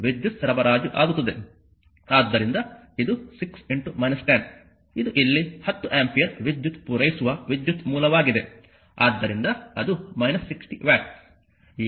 ಆದ್ದರಿಂದ ಇದು 6 10 ಇದು ಇಲ್ಲಿ 10 ಆಂಪಿಯರ್ ವಿದ್ಯುತ್ ಪೂರೈಸುವ ವಿದ್ಯುತ್ ಮೂಲವಾಗಿದೆ ಆದ್ದರಿಂದ ಅದು 60 ವ್ಯಾಟ್